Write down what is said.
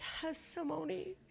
testimony